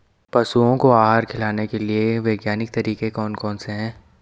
पशुओं को आहार खिलाने के लिए वैज्ञानिक तरीके कौन कौन से हैं?